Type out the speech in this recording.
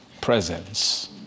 presence